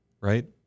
right